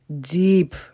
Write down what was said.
deep